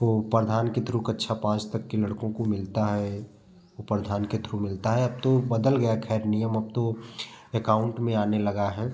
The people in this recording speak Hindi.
वो प्रधान के थ्रू कक्षा पाँच तक के लड़कों को मिलता है वो प्रधान के थ्रू मिलता है अब तो बदल गया खैर नियम अब तो एकाउंट में आने लगा है